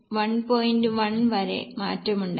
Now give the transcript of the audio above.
1 വരെ മാറ്റമുണ്ടായി